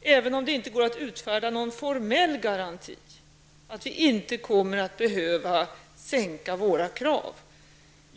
även om det inte går att utfärda någon formell garanti, att vi inte kommer att behöva sänka våra krav.